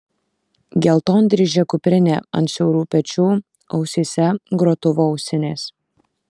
geltondryžė kuprinė ant siaurų pečių ausyse grotuvo ausinės